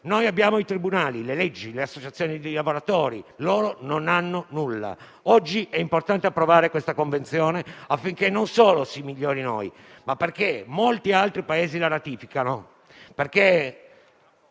Noi abbiamo i tribunali, le leggi, le associazioni dei lavoratori. Loro non hanno nulla. Oggi è importante approvare questa Convenzione non solo per migliorare noi stessi, ma perché molti altri Paesi la ratificano.